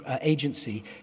agency